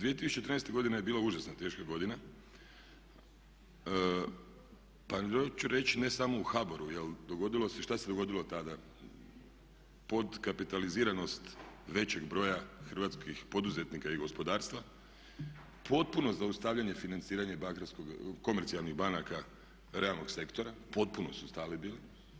2013. godina je bila užasno teška godina, pa hoću reći ne samo u HBOR-u, dogodilo se, šta se dogodilo tada, potkapitaliziranost većeg broja hrvatskih poduzetnika i gospodarstva, potpuno zaustavljanje financiranja komercijalnih banaka realnog sektora, potpuno su stali bili.